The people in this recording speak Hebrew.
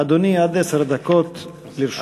אדוני, עשר דקות לרשותך.